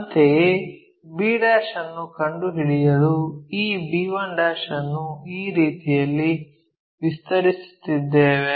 ಅಂತೆಯೇ b' ಅನ್ನು ಕಂಡುಹಿಡಿಯಲು ಈ b1 ಅನ್ನು ಈ ರೀತಿಯಲ್ಲಿ ವಿಸ್ತರಿಸುತ್ತಿದ್ದೇವೆ